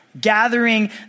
gathering